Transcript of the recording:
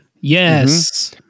Yes